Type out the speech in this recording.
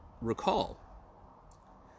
recall